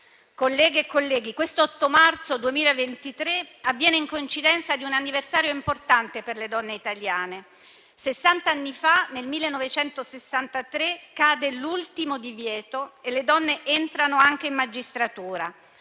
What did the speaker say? Colleghe e colleghi, questo 8 marzo 2023 avviene in coincidenza di un anniversario importante per le donne italiane: sessanta anni fa, nel 1963, cade l'ultimo divieto e le donne entrano anche in magistratura.